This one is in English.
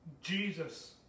Jesus